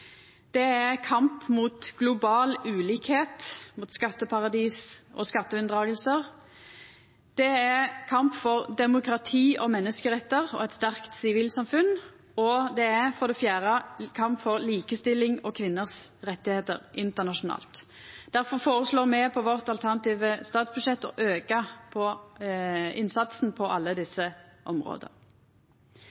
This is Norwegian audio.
Det er kamp mot global ulikskap, mot skatteparadis og skatteunndragingar. Det er kamp for demokrati og menneskerettar og eit sterkt sivilsamfunn, og det er kamp for likestilling og kvinner sine rettar internasjonalt. Difor føreslår me i vårt alternative statsbudsjett å auka innsatsen på alle